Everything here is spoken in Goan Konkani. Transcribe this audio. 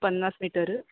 पन्नास मिटर